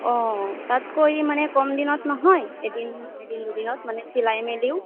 অঁ তাতকৈ মানে কম দিনত নহয় এদিন এদিন দুদিনত মানে চিলাই মেলিও